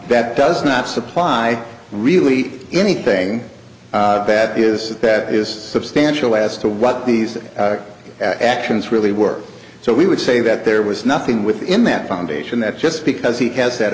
that does not supply really anything bad is that is substantial as to what these actions really work so we would say that there was nothing within that foundation that just because he has that